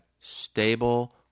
stable